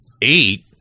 eight